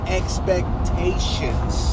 expectations